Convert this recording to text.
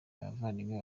abavandimwe